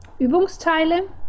Übungsteile